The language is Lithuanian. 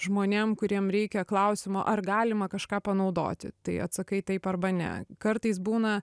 žmonėm kuriem reikia klausimo ar galima kažką panaudoti tai atsakai taip arba ne kartais būna